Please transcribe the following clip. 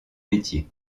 métiers